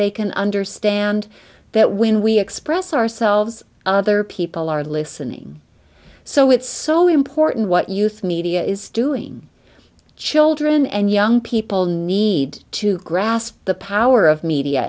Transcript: they can understand that when we express ourselves other people are listening so it's so important what youth media is doing children and young people need to grasp the power of media